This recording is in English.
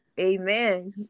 Amen